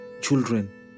children